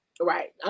Right